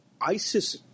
ISIS